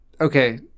okay